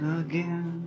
again